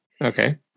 okay